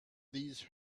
these